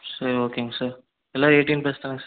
சரி ஓகேங்க சார் எல்லா எயிட்டீன் ப்ளஸ் தானங்க சார்